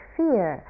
fear